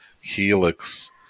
Helix